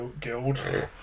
guild